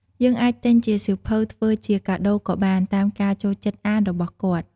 យើងអាចទិញជាសៀវភៅធ្វើជាកាដូរក៏បាន តាមការចូលចិត្តអានរបស់គាត់។